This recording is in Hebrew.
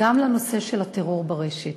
גם לנושא של הטרור ברשת.